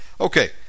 Okay